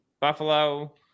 Buffalo